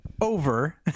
Over